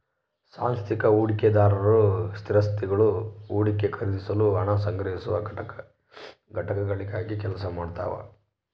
ಸಾಂಸ್ಥಿಕ ಹೂಡಿಕೆದಾರರು ಸ್ಥಿರಾಸ್ತಿಗುಳು ಹೂಡಿಕೆ ಖರೀದಿಸಲು ಹಣ ಸಂಗ್ರಹಿಸುವ ಘಟಕಗಳಾಗಿ ಕೆಲಸ ಮಾಡ್ತವ